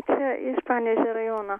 čia iš panevėžio rajono